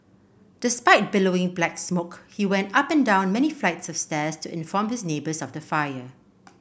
despite billowing black smoke he went up and down many flights of stairs to inform his neighbours of the fire